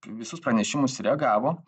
visus pranešimus reagavo